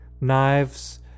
Knives